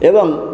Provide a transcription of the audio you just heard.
ଏବଂ